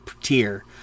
tier